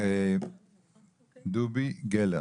דובי גלר